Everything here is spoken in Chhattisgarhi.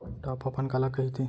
टॉप अपन काला कहिथे?